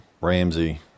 Ramsey